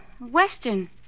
western